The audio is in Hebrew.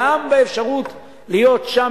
גם באפשרות להיות שם,